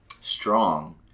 strong